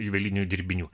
juvelyrinių dirbinių